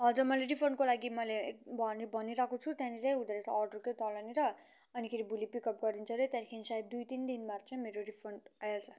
हजुर मैले रिफन्डको लागि मैले भनिरहेको छु त्यहाँनिर हुँदो रहेछ अर्डरकै तलनिर अनिखेरि भोलि पिकअप गरिदिन्छ हरे त्यहाँदेखि सायद दुई तिन दिनबाद चाहिँ मेरो रिफन्ड आइहाल्छ